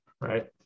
right